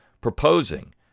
proposing